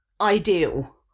ideal